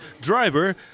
driver